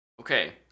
Okay